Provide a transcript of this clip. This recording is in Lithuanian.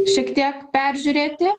šiek tiek peržiūrėti